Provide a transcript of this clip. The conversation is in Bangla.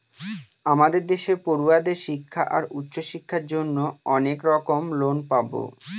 আমাদের দেশে পড়ুয়াদের শিক্ষা আর উচ্চশিক্ষার জন্য অনেক রকম লোন পাবো